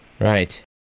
Right